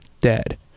dead